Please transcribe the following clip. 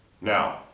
Now